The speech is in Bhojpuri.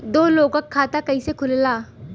दो लोगक खाता कइसे खुल्ला?